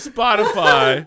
Spotify